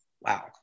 Wow